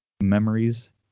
Memories